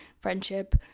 friendship